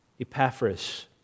Epaphras